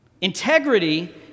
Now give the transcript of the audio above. Integrity